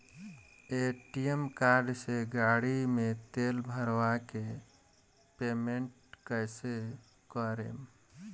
ATM card से गाड़ी मे तेल भरवा के पेमेंट कैसे करेम?